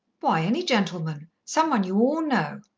why, any gentleman. some one you all know.